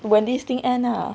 when this thing and ah